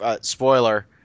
spoiler